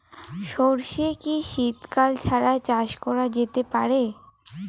সর্ষে কি শীত কাল ছাড়া চাষ করা যেতে পারে?